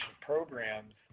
programs